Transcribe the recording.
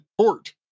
port